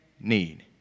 need